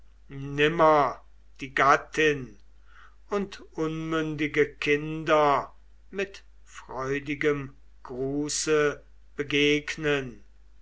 nimmer die gattin und unmündige kinder mit freudigem gruße begegnen